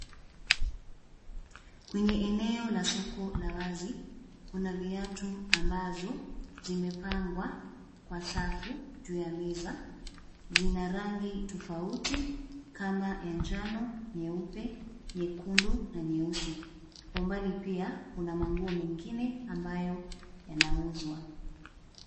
Kwenye eneo la soko la wazi, kuna viatu ambazo zimepangwa kwa safu juu ya meza, zina rangi tofauti kama ya njano, nyeupe, nyekundu na nyeusi. Umbali pia kuna manguo mengine ambayo yanauzwa.